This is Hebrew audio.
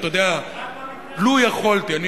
אתה יודע, לו יכולתי, רק במקרה הזה?